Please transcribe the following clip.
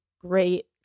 great